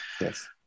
Yes